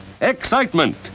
excitement